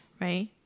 right